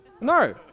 No